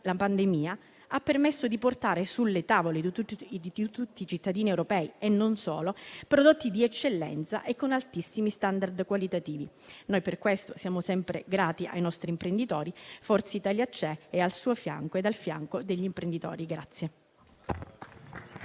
la pandemia ha permesso di portare sulle tavole di tutti i cittadini europei, e non solo, prodotti di eccellenza e con altissimi *standard* qualitativi. Per questo siamo sempre grati ai nostri imprenditori. Forza Italia c'è, è al fianco suo e degli imprenditori.